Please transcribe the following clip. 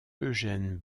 eugen